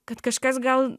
kad kažkas gal